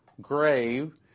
grave